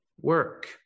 work